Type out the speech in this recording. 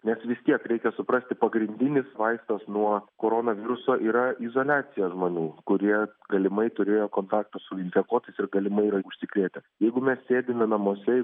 nes vis tiek reikia suprasti pagrindinis vaistas nuo koronaviruso yra izoliacija žmonių kurie galimai turėjo kontaktų su infekuotais ir galimai yra užsikrėtę jeigu mes sėdime namuose